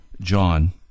John